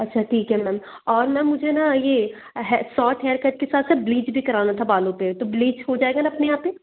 अच्छा ठीक है मैम और मैम मुझे ना ये सॉर्ट हेयर कट के साथ साथ ब्लीच भी करवाना था बालों पर तो ब्लीच हो जाएगा न अपने यहाँ पर